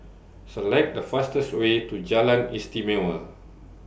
Select The fastest Way to Jalan Istimewa